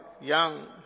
young